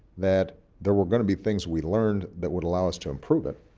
that there were going to be things we learned that would allow us to improve it.